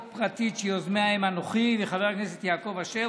פרטית שיוזמיה הם אנוכי וחבר הכנסת יעקב אשר,